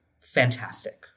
fantastic